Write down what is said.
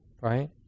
Right